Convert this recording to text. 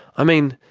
i mean,